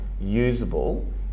usable